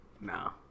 No